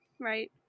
Right